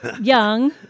Young